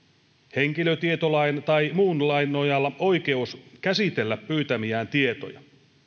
henkilötietolain tai muun lain nojalla oikeus käsitellä pyytämiään tietoja